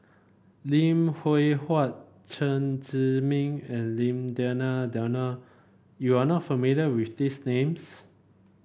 Lim Hwee Hua Chen Zhiming and Lim Denan Denon you are not familiar with these names